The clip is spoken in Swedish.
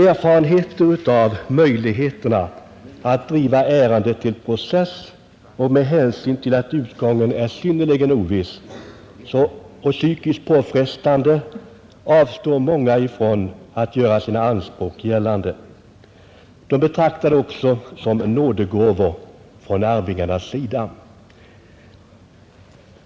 Erfarenheter av möjligheterna att driva ärendet till process ger vid handen att utgången är synnerligen oviss och det hela psykiskt påfrestande. Därför avstår många från att göra sina anspråk gällande. De betraktar ersättningarna som nådegåvor från arvingarnas sida.